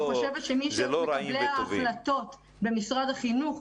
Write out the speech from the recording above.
אני חושבת שמקבלי ההחלטות במשרד החינוך,